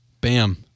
Bam